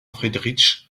friedrich